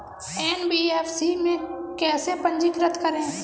NBFC में कैसे पंजीकृत करें?